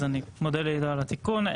אני מודה לעידו על התיקון.